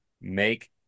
make